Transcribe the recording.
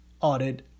audit